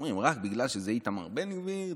אומרים, רק בגלל שזה איתמר בן גביר.